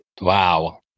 Wow